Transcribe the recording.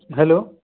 hello